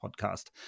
podcast